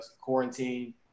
quarantine